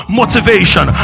motivation